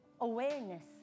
awareness